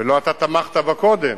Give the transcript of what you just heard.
ולא אתה תמכת בה קודם,